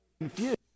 confused